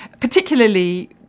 particularly